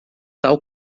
tal